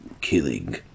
killing